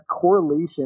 correlation